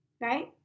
Right